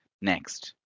Next